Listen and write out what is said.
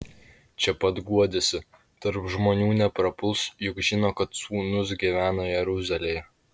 čia pat guodėsi tarp žmonių neprapuls juk žino kad sūnus gyvena jeruzalėje